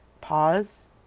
pause